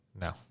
No